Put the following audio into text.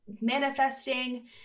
manifesting